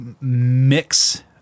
mix